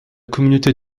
communauté